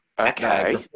Okay